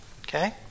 Okay